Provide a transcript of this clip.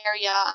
Area